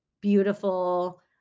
beautiful